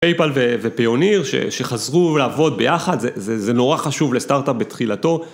פייפל ופיוניר שחזרו לעבוד ביחד, זה נורא חשוב לסטארט-אפ בתחילתו.